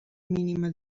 mínima